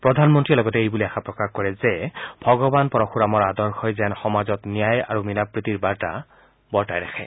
প্ৰধানমন্ত্ৰীয়ে এইবুলি আশা প্ৰকাশ কৰে যে ভগৱান পৰশুৰামৰ আদৰ্শই সমাজত ন্যায় আৰু মিলাপ্ৰীতি বৰ্তাই ৰাখে